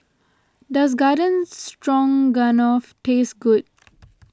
does Garden Stroganoff taste good